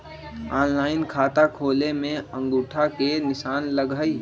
Online खाता खोले में अंगूठा के निशान लगहई?